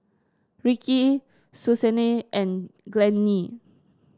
Rickie Susanne and Glennie